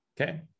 Okay